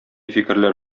фикерләр